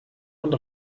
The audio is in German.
und